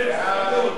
אני עושה את ההצבעה הזאת